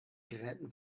gräten